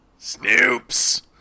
Snoops